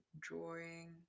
drawing